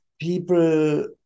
people